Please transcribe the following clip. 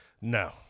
No